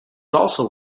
also